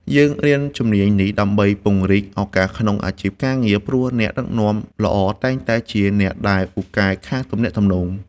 យើងរៀនជំនាញនេះដើម្បីពង្រីកឱកាសក្នុងអាជីពការងារ ព្រោះអ្នកដឹកនាំល្អតែងតែជាអ្នកដែលពូកែខាងទំនាក់ទំនង។